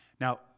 Now